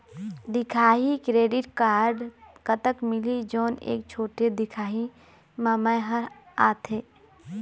दिखाही credit card कतक मिलही जोन एक छोटे दिखाही म मैं हर आथे?